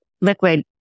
liquid